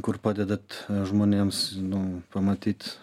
kur padedat žmonėms nu pamatyt